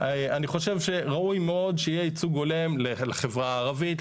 אני חושב שראוי מאוד שיהיה ייצוג הולם לחברה הערבית,